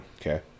okay